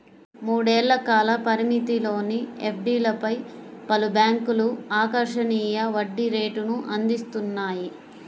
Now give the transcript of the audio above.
మూడేళ్ల కాల పరిమితిలోని ఎఫ్డీలపై పలు బ్యాంక్లు ఆకర్షణీయ వడ్డీ రేటును అందిస్తున్నాయి